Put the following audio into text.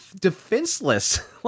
defenseless